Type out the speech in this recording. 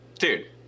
Dude